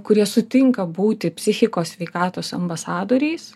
kurie sutinka būti psichikos sveikatos ambasadoriais